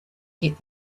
get